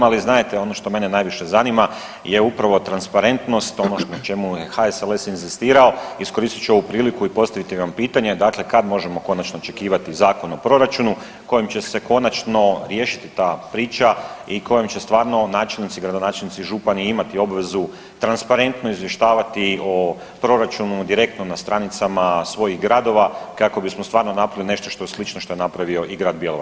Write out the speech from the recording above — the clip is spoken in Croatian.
Ali znadete ono što mene najviše zanima je upravo transparentnost ono na čemu je HSLS inzistirao, iskoristit ću ovu priliku i postaviti vam pitanje, dakle kad možemo konačno očekivati Zakon o proračunu kojim će se konačno riješiti ta priča i kojom će stvarno načelnici i gradonačelnici i župani imati obvezu transparentno izvještavati o proračunu direktno na stranicama svojih gradova kako bismo stvarno napravili nešto što je slično što je napravio i grad Bjelovar.